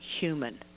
human